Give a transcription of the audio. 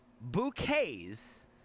bouquets